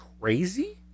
crazy